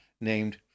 named